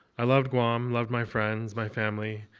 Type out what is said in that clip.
i loved guam, loved my friends, my family,